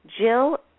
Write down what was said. Jill